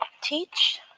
teach